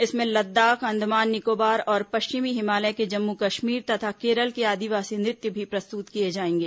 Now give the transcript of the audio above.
इसमें लद्दाख अंडमान निकोबार और पश्चिमी हिमालय के जम्मू कश्मीर तथा केरल के आदिवासी नृत्य भी प्रस्तुत किए जाएंगे